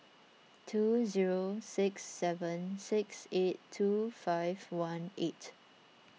two zero six seven six eight two five one eight